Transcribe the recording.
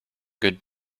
good